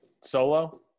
Solo